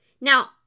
Now